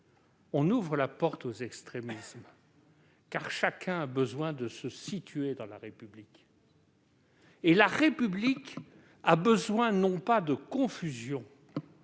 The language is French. on ouvre la porte aux extrémismes, car chacun a besoin de se situer, dans la République. La République a besoin non pas de confusion